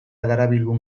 darabilgun